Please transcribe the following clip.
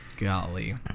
golly